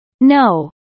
No